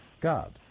God